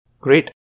Great